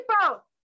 people